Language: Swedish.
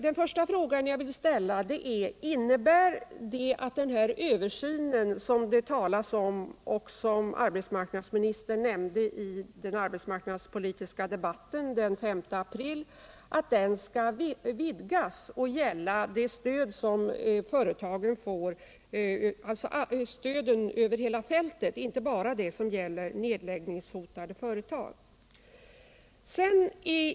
Den första fråga jag vill ställa lyder: Är det meningen att den översyn som arbetsmarknadsministern talar om i svaret och som han också nämnde i den arbetsmarknadspolitiska debatten den 5 april skall vidgas och gälla stöden över hela fältet — inte bara stöden till nedläggningshotade företag?